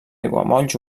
aiguamolls